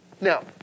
Now